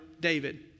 David